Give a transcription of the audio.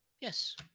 Yes